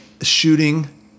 shooting